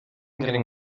getting